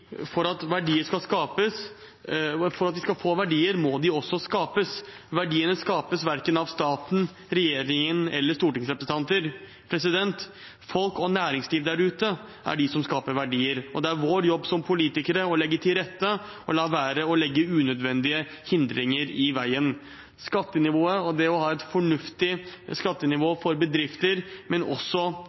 skal få verdier, må de også skapes. Verdiene skapes av verken staten, regjeringen eller stortingsrepresentanter. Folk og næringslivet der ute er dem som skaper verdiene, og det er vår jobb som politikere å legge til rette og la være å legge unødvendige hindringer i veien. Skattenivået – det å ha et fornuftig skattenivå for bedrifter, men også